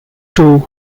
two